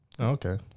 Okay